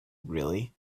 really